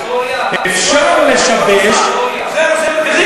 ההיסטוריה, זה הנושא המרכזי?